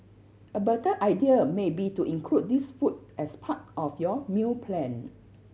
a better idea may be to include these foods as part of your meal plan